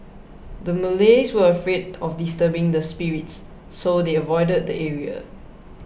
the Malays were afraid of disturbing the spirits so they avoided the area